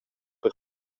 per